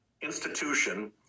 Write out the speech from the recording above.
institution